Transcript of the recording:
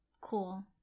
Cool